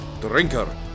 drinker